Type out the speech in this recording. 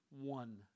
one